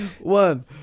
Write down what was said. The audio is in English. One